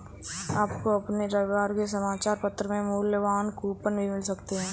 आपको अपने रविवार के समाचार पत्र में मूल्यवान कूपन भी मिल सकते हैं